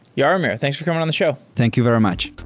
jaromir, thanks for coming on the show. thank you very much.